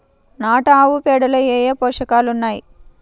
నాటు ఆవుపేడలో ఏ ఏ పోషకాలు ఉన్నాయి?